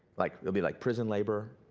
like there'll be like prison labor,